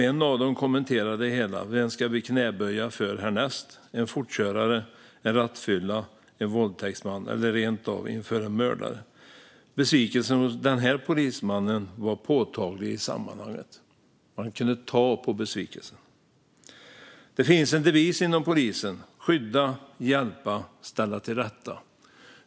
En av dem kommenterade det hela med: Vem ska vi knäböja för härnäst - en fortkörare, en rattfyllerist, en våldtäktsman eller rent av en mördare? Besvikelsen hos denna polisman var påtaglig i sammanhanget. Man kunde ta på besvikelsen. Det finns en devis inom polisen: skydda, hjälpa och ställa till rätta.